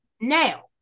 Now